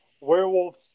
werewolves